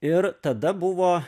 ir tada buvo